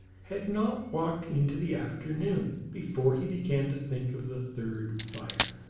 had not walked into the afternoon before he began to think of the third fire.